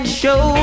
show